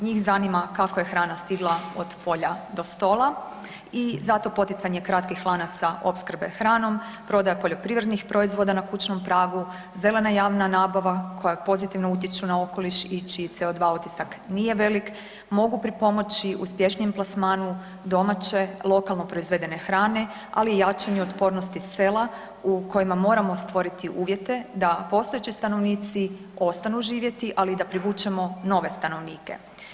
Njih zanima kako je hrana stigla od polja do stola i zato poticanje kratkih lanaca opskrbe hranom, prodaja poljoprivrednih proizvoda na kućnom pragu, zelena javna nabava koja pozitivno utječu na okoliš i čiji CO2 otisak nije velik mogu pripomoći uspješnijem plasmanu domaće lokalno proizvedene hrane, ali i jačanju otpornosti sela u kojima moramo stvoriti uvjete da postojeći stanovnici ostanu živjeti, ali i da privučemo nove stanovnike.